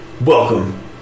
Welcome